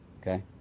Okay